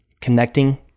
connecting